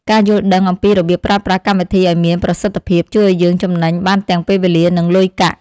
ការយល់ដឹងអំពីរបៀបប្រើប្រាស់កម្មវិធីឱ្យមានប្រសិទ្ធភាព ជួយឱ្យយើងចំណេញបានទាំងពេលវេលានិងលុយកាក់។